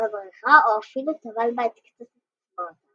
בברכה או אפלו טבל בה את קצות אצבעותיו.